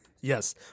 yes